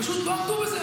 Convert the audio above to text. פשוט לא עמדו בזה,